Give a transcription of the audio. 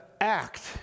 Act